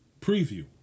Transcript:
preview